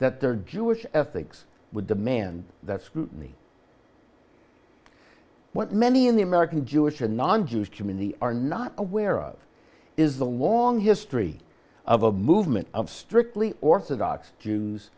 that their jewish ethics would demand that scrutiny what many in the american jewish and non jewish community are not aware of is the long history of a movement of strictly orthodox jews